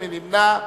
מי נמנע?